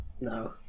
No